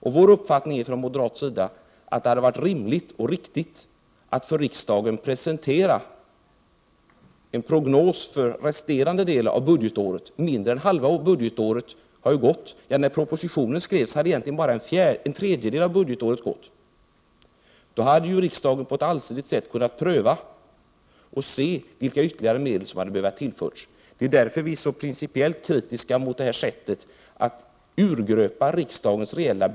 Moderaternas uppfattning är den att det hade varit rimligt och riktigt att för riksdagen presentera en prognos för resterande del av budgetåret. Mindre än halva budgetåret har ju gått. När propositionen skrevs hade egentligen endast en tredjedel av budgetåret gått. Om riksdagen hade informerats om det faktiska budgetlä 115 get, hade ju riksdagen på ett allsidigt sätt kunnat pröva och se vilka ytterligare medel som hade behövt tillföras. Vi är principiellt kritiska mot att riksdagens reella bevillningsmakt på detta sätt har urgröpts.